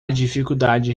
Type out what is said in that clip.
dificuldade